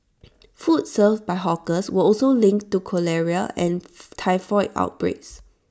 food served by hawkers were also linked to cholera and typhoid outbreaks